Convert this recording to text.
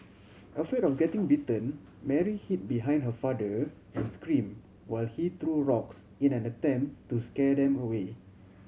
afraid of getting bitten Mary hid behind her father and scream while he threw rocks in an attempt to scare them away